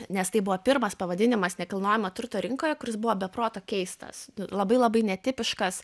nes tai buvo pirmas pavadinimas nekilnojamo turto rinkoje kuris buvo be proto keistas labai labai netipiškas